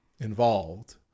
Involved